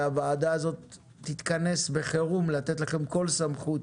הוועדה הזאת תתכנס בחירום לתת לכם כל סמכות